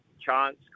Chance